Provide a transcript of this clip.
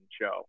show